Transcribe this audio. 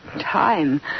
Time